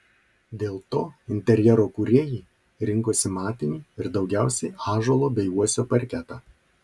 dėl to interjero kūrėjai rinkosi matinį ir daugiausiai ąžuolo bei uosio parketą